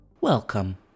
Welcome